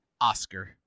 Oscar